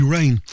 Rain